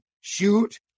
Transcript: shoot